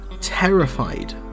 terrified